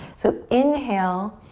so inhale